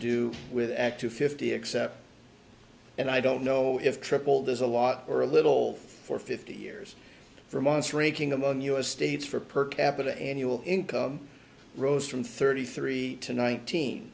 do with act two fifty except and i don't know if triple there's a lot or a little for fifty years for months raking among us states for per capita annual income rose from thirty three to nineteen